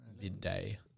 midday